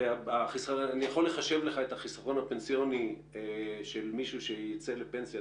ואני יכול לחשב לך את החיסכון הפנסיוני של מישהו שייצא לפנסיה,